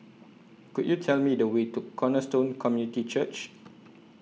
Could YOU Tell Me The Way to Cornerstone Community Church